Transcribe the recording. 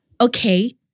okay